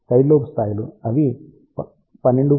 side lobe స్థాయిలు అవి 12